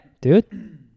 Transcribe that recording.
dude